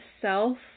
self